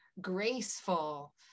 graceful